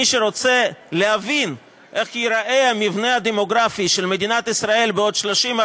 מי שרוצה להבין איך ייראה המבנה הדמוגרפי של מדינת ישראל בעוד 30,